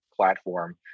platform